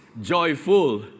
joyful